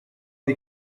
die